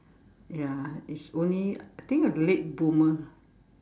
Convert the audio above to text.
ya it's only I think a late boomer